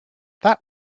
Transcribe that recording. that